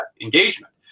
engagement